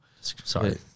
Sorry